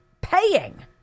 paying